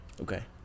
okay